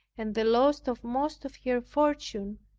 and the loss of most of her fortune,